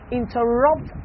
interrupt